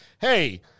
hey